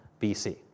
BC